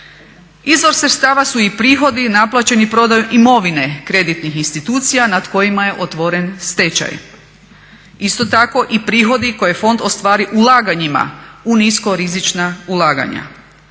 Izvor sredstava su i prihodi naplaćeni prodajom imovine kreditnih institucija nad kojima je otvoren stečaj. Isto tako i prihodi koje fond ostvari ulaganjima u niskorizična ulaganja.